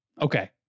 okay